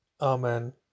Amen